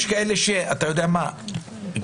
יש